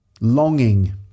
Longing